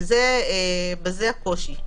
בזה הקושי.